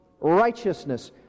righteousness